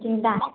जिन्दा हइ